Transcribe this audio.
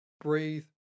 Breathe